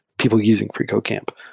people using freecodecamp.